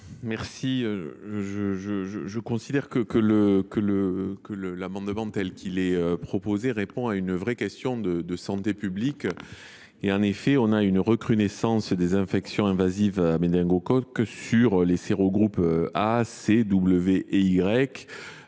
? Je considère que l’amendement, tel qu’il est proposé, répond à une vraie question de santé publique. En effet, on constate une recrudescence des infections invasives à méningocoques sur les sérogroupes A, C, W et Y,